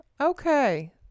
Okay